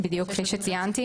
בדיוק כפי שציינתי.